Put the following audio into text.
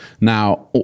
Now